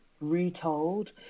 retold